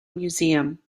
museum